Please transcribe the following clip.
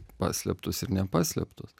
paslėptus ir nepaslėptus